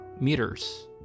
meters